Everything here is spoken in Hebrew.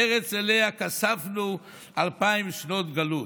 ארץ שאליה נכספנו אלפיים שנות גלות.